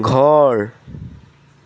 ঘৰ